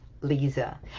Lisa